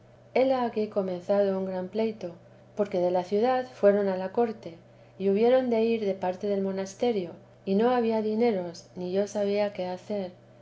hele aquí comenzado un gran pleito porque de la ciudad fueron a la corte y hubieron de ir de parte del monasterio y no había dineros ni yo sabía qué hacer